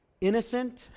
innocent